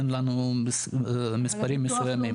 אין לנו מספרים מסוימים.